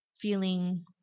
feeling